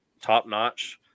top-notch